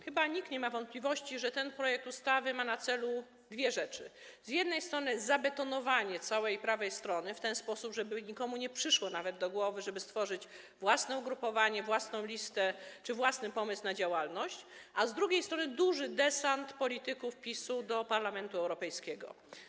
Chyba nikt nie ma wątpliwości, że ten projekt ustawy ma na celu dwie rzeczy: z jednej strony zabetonowanie całej prawej strony w ten sposób, żeby nikomu nie przyszło nawet do głowy, żeby stworzyć własne ugrupowanie, własną listę czy mieć własny pomysł na działalność, a z drugiej strony, duży desant polityków PiS do Parlamentu Europejskiego.